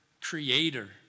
creator